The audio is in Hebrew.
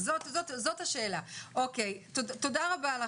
תודה רבה.